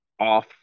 off